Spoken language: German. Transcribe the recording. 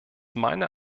meiner